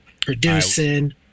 producing